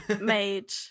made